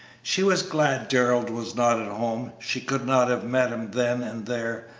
she was glad darrell was not at home she could not have met him then and there.